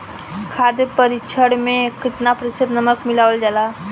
खाद्य परिक्षण में केतना प्रतिशत नमक मिलावल जाला?